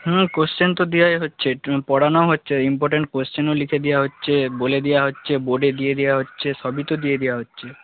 question তো দেওয়াই হচ্ছে পড়ানোও হচ্ছে ইম্পরটেন্ট কোশ্চেনও লিখে দেওয়া হচ্ছে বলে দেওয়া হচ্ছে বোর্ডে দিয়ে দেওয়া হচ্ছে সবই তো দিয়ে দেওয়া হচ্ছে